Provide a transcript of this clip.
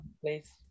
please